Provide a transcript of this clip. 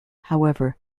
however